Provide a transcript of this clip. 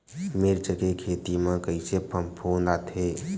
मिर्च के खेती म कइसे फफूंद आथे?